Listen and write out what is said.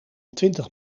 twintig